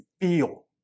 feel